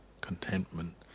contentment